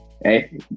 Hey